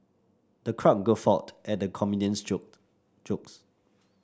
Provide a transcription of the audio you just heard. the crowd guffawed at the comedian's joke jokes